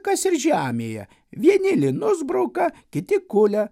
kas ir žemėje vieni linus bruka kiti kulia